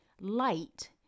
Light